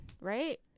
right